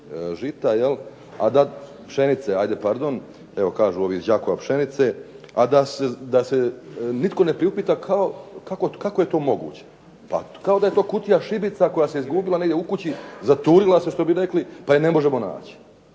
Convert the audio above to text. žita, a da, pšenice hajde pardon. Evo kažu ovi iz Đakova pšenice, a da se nitko ne priupita kako je to moguće? Pa kao da je to kutija šibica koja se izgubila negdje u kući, zaturila se što bi rekli, pa je ne možemo naći.